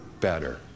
better